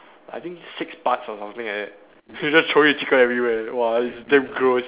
I think six parts or something like that so we just throwing chicken everywhere !wah! it's damn gross